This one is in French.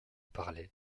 parlait